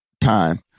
Time